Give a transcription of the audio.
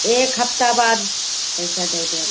एक हफ्ता बाद पैसा दई देव